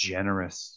Generous